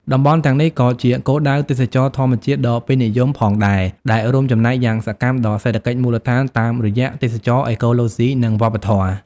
តំបន់ទាំងនេះក៏ជាគោលដៅទេសចរណ៍ធម្មជាតិដ៏ពេញនិយមផងដែរ ដែលរួមចំណែកយ៉ាងសកម្មដល់សេដ្ឋកិច្ចមូលដ្ឋានតាមរយៈទេសចរណ៍អេកូឡូស៊ី និងវប្បធម៌។